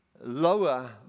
lower